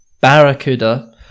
barracuda